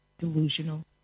Delusional